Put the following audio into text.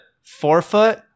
forefoot